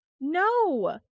No